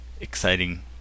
exciting